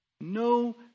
no